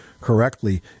correctly